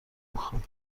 میخام